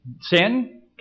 Sin